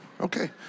Okay